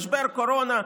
משבר קורונה,